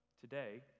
today